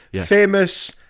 famous